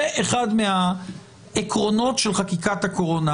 זה אחד מהעקרונות של חקיקת הקורונה.